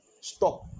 Stop